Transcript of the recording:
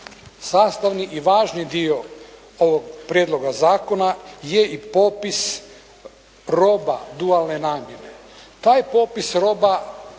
Sastavni i važni dio ovog prijedloga zakona, je i popis roba dualne namjene. Taj popis roba